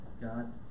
God